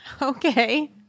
okay